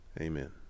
amen